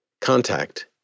Contact